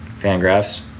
Fangraphs